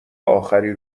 آخری